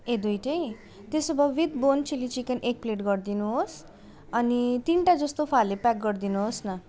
ए दुईटै त्यसोभए with bone chilli chicken एक प्लेट गरिदिनुहोस् अनि तिनटा जस्तो फाले पेक गरिदिनुहोस् न